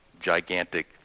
gigantic